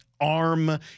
arm